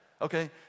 okay